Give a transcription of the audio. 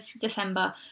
December